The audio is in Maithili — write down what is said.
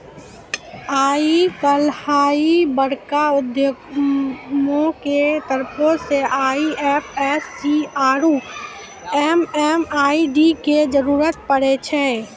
आइ काल्हि बड़का उद्यमियो के तरफो से आई.एफ.एस.सी आरु एम.एम.आई.डी के जरुरत पड़ै छै